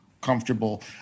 comfortable